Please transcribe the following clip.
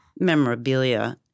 memorabilia